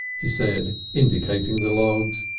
he said, indicating the logs,